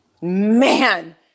man